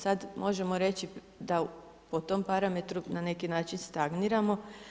Sada možemo reći da po tom parametru na neki način stagniramo.